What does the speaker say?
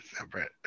separate